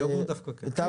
מילקי אתה מייצא.